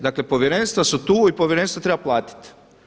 Dakle, povjerenstva su tu i povjerenstva treba platiti.